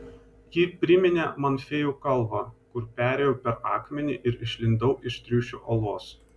ji priminė man fėjų kalvą kur perėjau per akmenį ir išlindau iš triušio olos